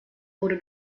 wurde